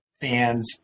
fans